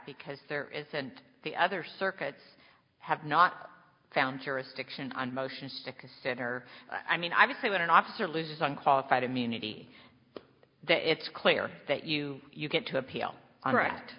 because there is and the other circuits have not found jurisdiction on motions to consider i mean obviously when an officer loses unqualified immunity it's clear that you get to appeal